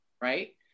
right